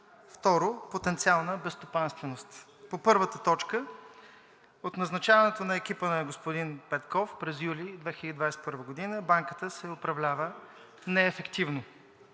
второ – потенциална безстопанственост. По първата точка. От назначаването на екипа на господин Петков през юли 2021 г. Банката се управлява неефективно.